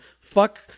fuck